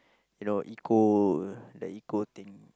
you know eco the eco thing